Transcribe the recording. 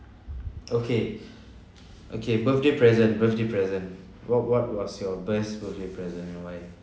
okay okay birthday present birthday present what what was your best birthday present in your life